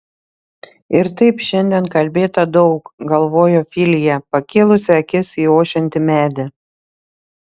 ir taip šiandien kalbėta daug galvojo filija pakėlusi akis į ošiantį medį